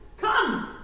come